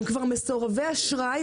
הם כבר מסורבי אשראי,